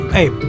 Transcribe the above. Hey